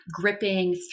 gripping